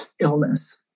illness